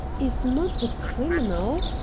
is not a criminal!